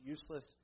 useless